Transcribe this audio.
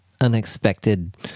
unexpected